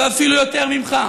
ראויים, ואפילו יותר ממך,